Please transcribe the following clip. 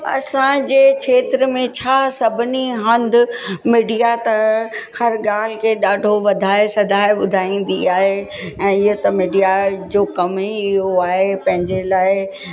असांजे खेत्र में छा सभिनी हंधु मिडिया त हर ॻाल्हि खे ॾाढो वधाए सधाए ॿुधाईंदी आहे ऐं इहा त मिडिया जो कम ई इहो आहे पंहिंजे लाइ कि